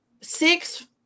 Six